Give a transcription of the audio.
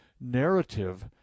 narrative